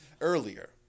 earlier